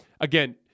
again